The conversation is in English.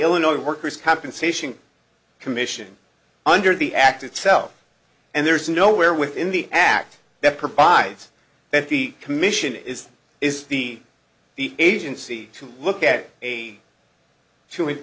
illinois workers compensation commission under the act itself and there's nowhere within the act that provides that the commission is is the the agency to look at a t